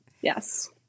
Yes